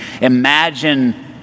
Imagine